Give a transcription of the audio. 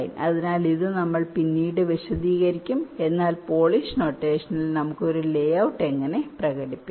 അതിനാൽ ഇത് നമ്മൾ പിന്നീട് വിശദീകരിക്കും എന്നാൽ പോളിഷ് നൊട്ടേഷനിൽ നമുക്ക് ഒരു ലേ ഔട്ട് എങ്ങനെ പ്രകടിപ്പിക്കാം